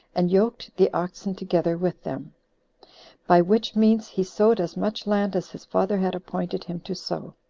and yoked the oxen together with them by which means he sowed as much land as his father had appointed him to sow,